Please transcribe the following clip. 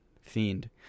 fiend